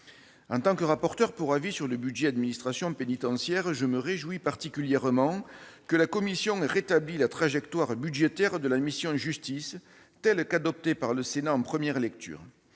En tant que rapporteur pour avis sur les crédits du programme « Administration pénitentiaire », je me réjouis particulièrement que la commission ait rétabli la trajectoire budgétaire de la mission « Justice », telle qu'adoptée par le Sénat en première lecture.